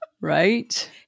right